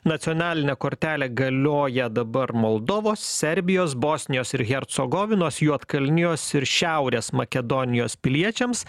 nacionalinė kortelė galioja dabar moldovos serbijos bosnijos ir hercogovinos juodkalnijos ir šiaurės makedonijos piliečiams